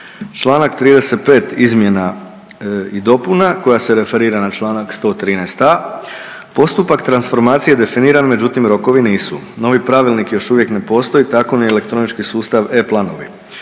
Članak 35. izmjena i dopuna koja se referira na Članak 113a. postupak transformacije definiran, međutim rokovi nisu. Novi pravilnik još uvijek ne postoji tako ni elektronički sustav e-planovi.